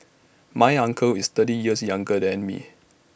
my uncle is thirty years younger than me